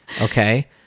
Okay